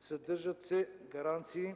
Съдържат се гаранции